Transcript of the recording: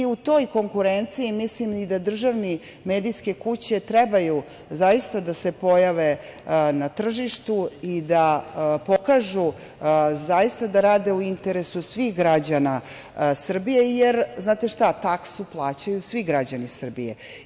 U toj konkurenciji mislim da i državne medijske kuće trebaju zaista da se pojave na tržištu i da pokažu zaista da rade u interesu svih građana Srbije, jer, znate šta, taksu plaćaju svi građani Srbije.